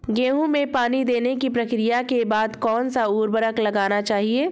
गेहूँ में पानी देने की प्रक्रिया के बाद कौन सा उर्वरक लगाना चाहिए?